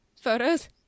photos